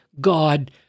God